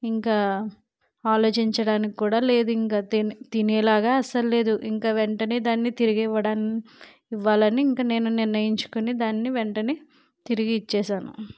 ఇంకా ఆలోచించడానికి కూడా లేదు ఇంక తి తినేలాగా అస్సలు లేదు ఇంక వెంటనే దాన్ని తిరిగివ్వా ఇవ్వాలని ఇంక నేను నిర్ణయించుకొని దాన్ని వెంటనే తిరిగి ఇచ్చేసాను